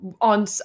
on